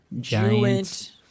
Giant